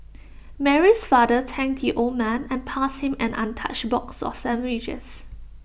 Mary's father thanked the old man and passed him an untouched box of sandwiches